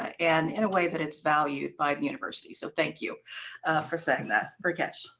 and in a way that it's valued by the university. so thank you for setting that, rakesh.